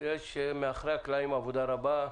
יש מאחורי הקלעים עבודה רבה,